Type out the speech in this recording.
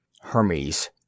Hermes